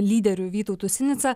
lyderiu vytautu sinica